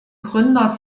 gründer